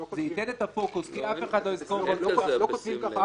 זה ייתן את הפוקוס כי אף אחד לא יזכור --- לא כותבים ככה.